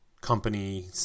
company